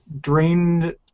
drained